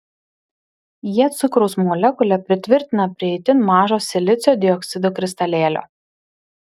jie cukraus molekulę pritvirtina prie itin mažo silicio dioksido kristalėlio